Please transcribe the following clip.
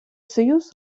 союз